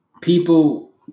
People